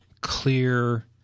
clear